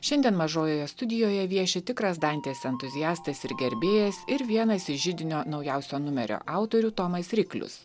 šiandien mažojoje studijoje vieši tikras dantės entuziastas ir gerbėjas ir vienas iš židinio naujausio numerio autorių tomas riklius